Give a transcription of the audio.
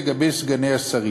לגבי סגני השרים,